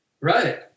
right